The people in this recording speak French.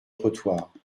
trottoir